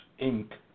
Inc